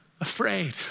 afraid